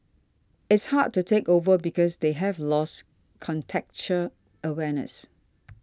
it's hard to take over because they have lost contextual awareness